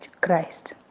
Christ